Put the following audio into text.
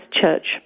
Church